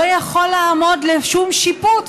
לא יכול לעמוד לשום שיפוט,